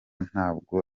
ntabwo